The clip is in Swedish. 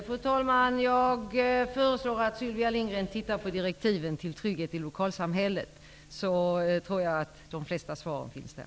Fru talman! Jag föreslår att Sylvia Lindgren läser direktiven till Trygghet i lokalsamhället. Jag tror att de flesta svaren finns där.